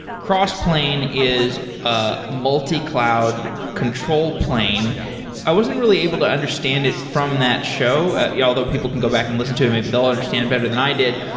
crossplane is a multi-cloud control plane i wasn't really able to understand it from that show, yeah although people can go back and listen to maybe they'll understand better than i did.